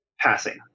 passing